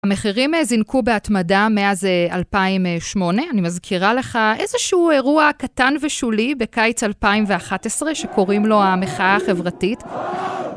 המחירים זינקו בהתמדה מאז 2008. אני מזכירה לך איזשהו אירוע קטן ושולי בקיץ 2011, שקוראים לו המחאה החברתית.